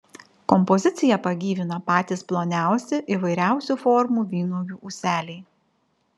kompoziciją pagyvina patys ploniausi įvairiausių formų vynuogių ūseliai